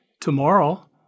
tomorrow